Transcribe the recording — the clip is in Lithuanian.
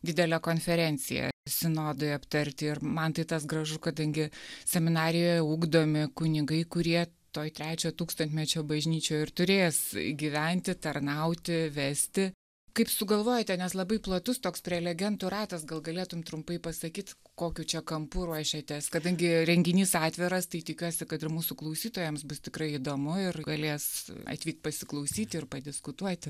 didelę konferenciją sinodui aptarti ir man tai tas gražu kadangi seminarijoje ugdomi kunigai kurie toj trečio tūkstantmečio bažnyčioj ir turės gyventi tarnauti vesti kaip sugalvojote nes labai platus toks prelegentų ratas gal galėtum trumpai pasakyt kokiu čia kampu ruošiatės kadangi renginys atviras tai tikiuosi kad ir mūsų klausytojams bus tikrai įdomu ir galės atvykt pasiklausyti ir padiskutuoti